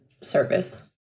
service